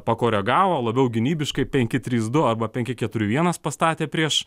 pakoregavo labiau gynybiškai penki trys du arba penki keturi vienas pastatė prieš